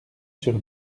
sur